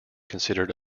considered